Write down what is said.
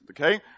Okay